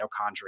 mitochondria